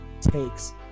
takes